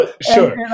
sure